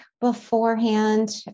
beforehand